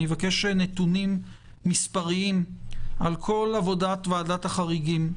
אני אבקש נתונים מספריים על כל עבודת ועדת החריגים.